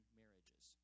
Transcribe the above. marriages